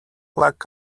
like